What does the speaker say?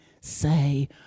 say